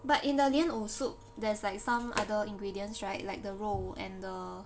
but in the 莲藕 soup there's like some other ingredients right like the 肉 and the